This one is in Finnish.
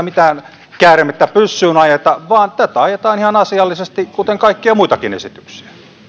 mitään käärmettä pyssyyn ajeta vaan tätä ajetaan ihan asiallisesti kuten kaikkia muitakin esityksiä